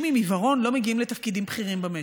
עם עיוורון לא מגיעים לתפקידים בכירים במשק.